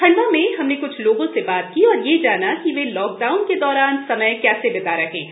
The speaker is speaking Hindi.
खंडवा में हमने क्छ लोगों से बात की और ये जाना कि वे लॉकडाउन के दौरान समय कैसे बिता रहे हैं